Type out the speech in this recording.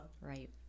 right